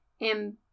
and-